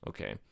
Okay